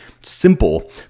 simple